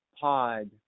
pod